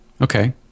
Okay